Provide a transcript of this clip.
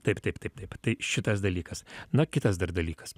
taip taip taip taip tai šitas dalykas na kitas dar dalykas